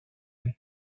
him